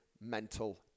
mental